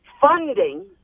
funding